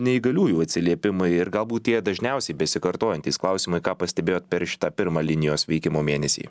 neįgaliųjų atsiliepimai ir galbūt tie dažniausiai besikartojantys klausimai ką pastebėjot per šitą pirmą linijos veikimo mėnesį